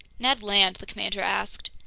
ned land, the commander asked,